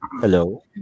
Hello